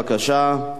בבקשה.